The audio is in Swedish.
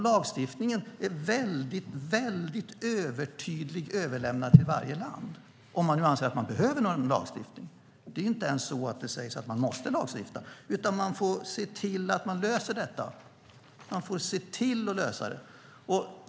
Lagstiftningen är väldigt övertydligt överlämnat till varje land, om man anser att man behöver någon lagstiftning. Det är inte ens så att det sägs att man måste lagstifta, utan man får se till att lösa detta.